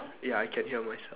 ya I can hear myself